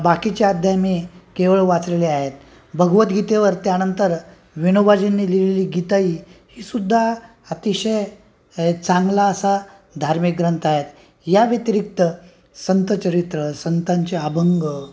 बाकीचे अध्याय मी केवळ वाचलेले आहेत भगवद्गगीतेवर त्यानंतर विनोबाजीनी लिहिलेली गीताई ही सुुद्धा अतिशय चांगला असा धार्मिक ग्रंथ आहे या व्यतिरिक्त संत चरित्र संतांचे अभंग